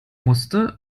wusste